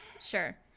Sure